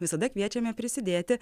visada kviečiame prisidėti